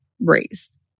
race